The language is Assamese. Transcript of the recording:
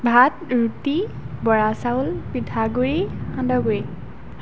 ভাত ৰুটি বৰা চাউল পিঠাগুড়ি সান্দহগুড়ি